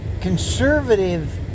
conservative